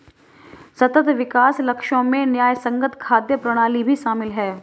सतत विकास लक्ष्यों में न्यायसंगत खाद्य प्रणाली भी शामिल है